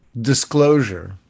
disclosure